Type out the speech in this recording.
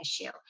issue